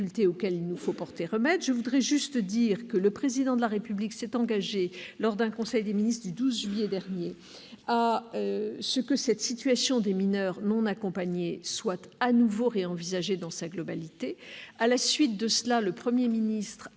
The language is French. il nous faut porter remède. Le Président de la République s'est engagé, lors du conseil des ministres du 12 juillet dernier, à ce que la situation des mineurs non accompagnés soit de nouveau envisagée dans sa globalité. À la suite de cela, le Premier ministre a signé